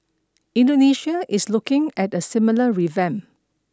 Indonesia is looking at a similar revamp